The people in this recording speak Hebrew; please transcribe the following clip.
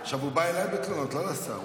עכשיו, הוא בא אליי בתלונות, לא לשר.